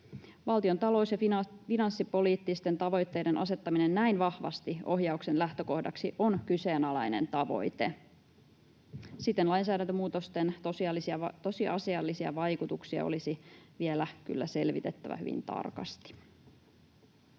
Valtion talous- ja finanssipoliittisten tavoitteiden asettaminen näin vahvasti ohjauksen lähtökohdaksi on kyseenalainen tavoite. Siten lainsäädäntömuutosten tosiasiallisia vaikutuksia olisi vielä kyllä selvitettävä hyvin tarkasti.